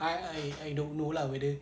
I I I don't know lah whether